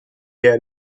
der